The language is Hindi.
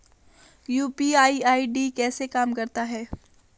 यू.पी.आई आई.डी कैसे काम करता है?